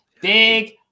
big